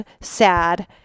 sad